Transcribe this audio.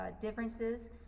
differences